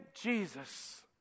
Jesus